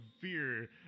fear